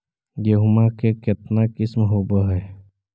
गेहूमा के कितना किसम होबै है?